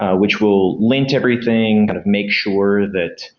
ah which will link everything. kind of make sure that